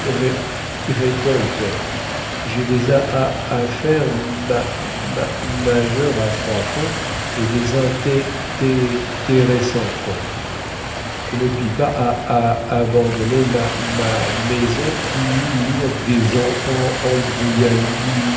j'ai des aaaffaires ma ma majeures à froidfond et des inté té téressantes je ne puis pas a a abandonner ma ma ma maison pooour des